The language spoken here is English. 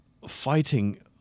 fighting